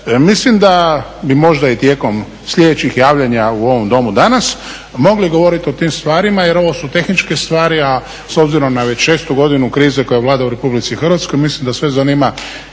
mislim da bi možda i tijekom sljedećih javljanja u ovom domu danas mogli govorit o tim stvarima jer ovo su tehničke stvari, a s obzirom na već šestu godinu krize koja vlada u Republici Hrvatskoj mislim da sve zanima